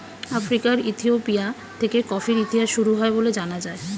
আফ্রিকার ইথিওপিয়া থেকে কফির ইতিহাস শুরু হয় বলে জানা যায়